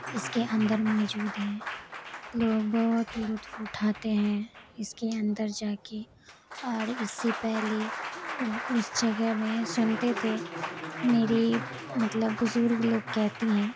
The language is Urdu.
اس کے اندر موجود ہیں لوگ بہت لطف اٹھاتے ہیں اس کے اندر جا کے اور اس سے پہلے اس جگہ میں سنتے تھے میری مطلب بزرگ لوگ کہتی ہیں